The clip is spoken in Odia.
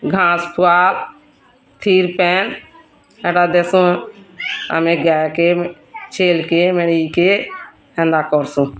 ଘାସ୍ ପୁଆଲ୍ ଥିର୍ ପାଏନ୍ ହେରା ଦେସୁଁ ଆମେ ଗାଏକେ ଛେଲ୍କେ ମେଁଢ଼ିକେ ହେନ୍ତା କର୍ସୁଁ